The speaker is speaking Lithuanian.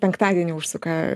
penktadienį užsuka